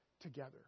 together